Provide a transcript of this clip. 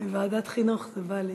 מוועדת חינוך זה בא לי.